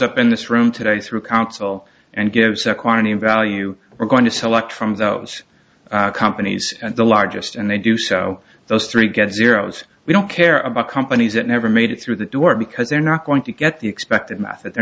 up in this room today through council and gives a quantity in value we're going to select from those companies and the largest and they do so those three get zeros we don't care about companies that never made it through the door because they're not going to get the expected math that they're